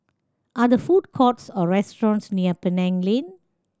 are there food courts or restaurants near Penang Lane